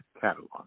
catalog